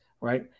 right